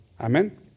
Amen